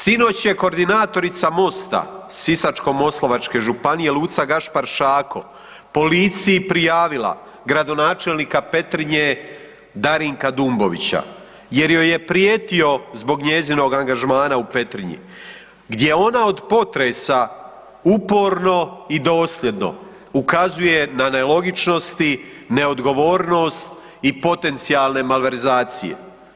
Sinoć je koordinatorica Mosta, Sisačko-moslavačke županije, Luca Gašpar Šako policiji prijavila gradonačelnika Petrinje Darinka Dumbovića jer joj je prijetio zbog njezinog angažmana u Petrinji, gdje ona od potresa uporno i dosljedno ukazuje na nelogičnosti, neodgovornost i potencijalne malverzacije.